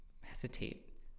hesitate